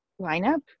lineup